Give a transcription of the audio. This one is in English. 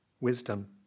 wisdom